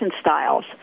styles